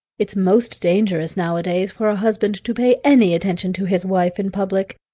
it's most dangerous nowadays for a husband to pay any attention to his wife in public.